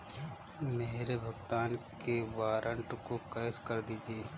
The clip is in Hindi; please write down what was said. मेरे भुगतान के वारंट को कैश कर दीजिए